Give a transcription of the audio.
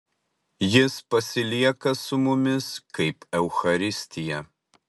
jis pasilieka su mumis kaip eucharistija